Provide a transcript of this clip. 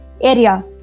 area